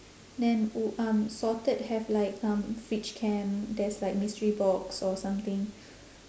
then oo um sorted have like um fridge cam there's like mystery box or something